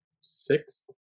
six